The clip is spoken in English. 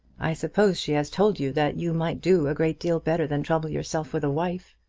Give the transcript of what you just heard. i suppose she has told you that you might do a great deal better than trouble yourself with a wife?